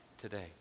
today